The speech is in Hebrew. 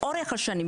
לאורך השנים,